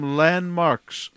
landmarks